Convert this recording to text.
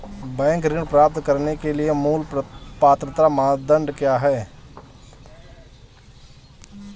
Bank ऋण प्राप्त करने के लिए मूल पात्रता मानदंड क्या हैं?